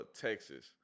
Texas